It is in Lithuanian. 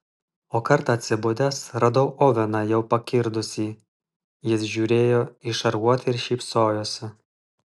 o kartą atsibudęs radau oveną jau pakirdusį jis žiūrėjo į šarvuotį ir šypsojosi